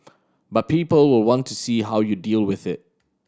but people will want to see how you deal with it